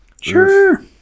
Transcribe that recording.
sure